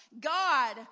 God